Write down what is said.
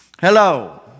Hello